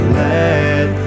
let